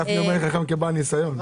גפני אומר: אין חכם כבעל ניסיון.